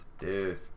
Dude